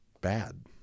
bad